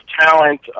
talent